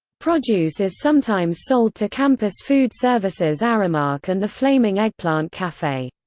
produce is sometimes sold to campus food services aramark and the flaming eggplant cafe.